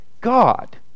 God